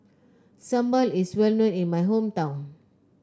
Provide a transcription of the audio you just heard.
Sambal is well known in my hometown